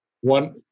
one